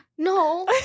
No